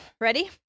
ready